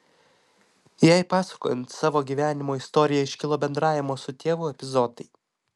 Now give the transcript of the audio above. jai pasakojant savo gyvenimo istoriją iškilo bendravimo su tėvu epizodai